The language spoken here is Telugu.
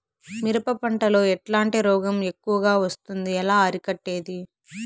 మిరప పంట లో ఎట్లాంటి రోగం ఎక్కువగా వస్తుంది? ఎలా అరికట్టేది?